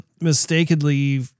mistakenly